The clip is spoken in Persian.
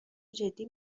جدی